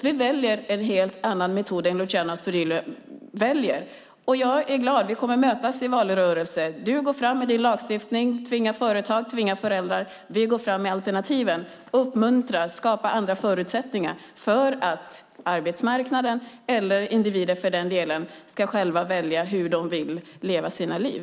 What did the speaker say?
Vi väljer en helt annan metod än vad Luciano Astudillo gör. Jag är glad att vi kommer att mötas i valrörelsen. Du går fram med din lagstiftning om att tvinga företag och föräldrar, och vi går fram med alternativen som handlar om att uppmuntra och skapa andra förutsättningar för arbetsmarknaden och för att individerna själva ska kunna välja hur de vill leva sina liv.